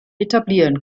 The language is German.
etablieren